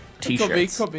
T-shirts